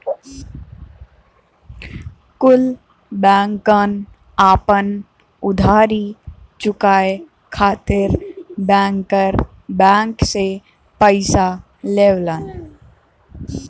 कुल बैंकन आपन उधारी चुकाये खातिर बैंकर बैंक से पइसा लेवलन